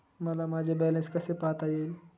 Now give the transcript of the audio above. मला माझे बॅलन्स कसे पाहता येईल?